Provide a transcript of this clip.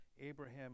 Abraham